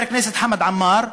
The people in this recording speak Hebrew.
חבר הכנסת חמד עמאר,